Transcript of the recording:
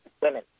Women